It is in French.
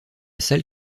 salle